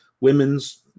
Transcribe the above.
women's